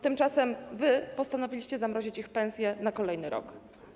Tymczasem wy postanowiliście zamrozić ich pensje na kolejny rok.